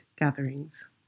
gatherings